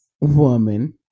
woman